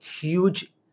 huge